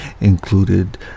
included